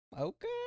Okay